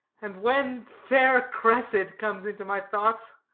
and when fair cressid comes into my thoughts